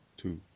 two